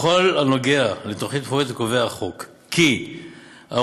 בכל הנוגע לתוכנית מפורטת קובע החוק כי הרואה